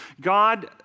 God